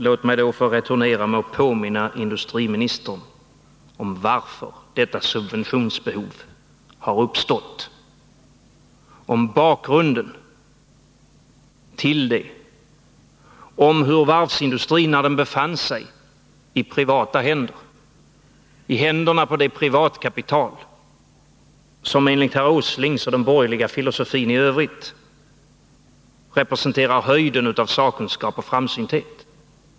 Låt mig då få returnera med att påminna industriministern om varför detta subventionsbehov har uppstått, om bakgrunden till det, om hur det var när varvsindustrin befann sig i privata händer, i händerna på det privatkapital som enligt herr Åslings mening och enligt den borgerliga filosofin representerar höjden av sakkunskap och framsynthet.